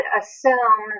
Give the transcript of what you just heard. assume